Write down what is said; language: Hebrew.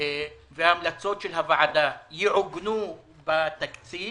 והמלצות של הוועדה יעוגנו בתקציב?